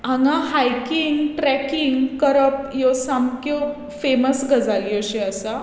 हांगा hiking trekking करप ह्यो सामक्यो फॅमस गजाली अशो आसा